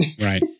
Right